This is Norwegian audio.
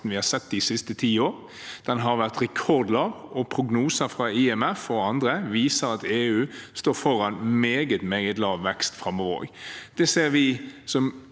vi har hatt de siste ti år. Den har vært rekordlav, og prognoser fra IMF og andre viser at EU står foran meget lav vekst framover